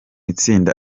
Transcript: itsinda